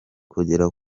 kugera